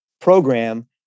program